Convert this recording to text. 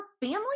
family